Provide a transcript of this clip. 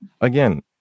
again